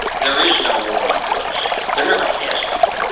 there is no war on drugs. there never has been.